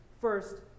First